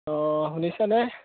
অঁ শুনিছেনে